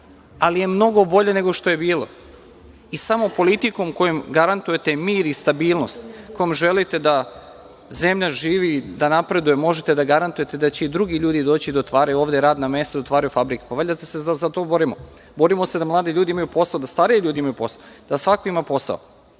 ali je mnogo bolje nego što je bilo i samo politikom kojom garantujete mir i stabilnost, u kojima želite da zemlja živi, da napreduje, možete da garantujete da će i drugi ljudi doći da otvaraju ovde radna mesta, da otvaraju fabriku. Pa valjda ste se za to borimo. Borimo se da mladi ljudi imaju posla, da stariji ljudi imaju posla, da svako ima posao.